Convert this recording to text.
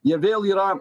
jie vėl yra